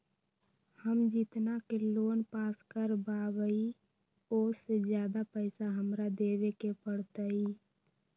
हम जितना के लोन पास कर बाबई ओ से ज्यादा पैसा हमरा देवे के पड़तई?